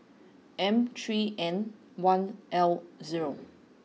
M three N one L zero